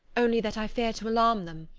only that i fear to alarm them.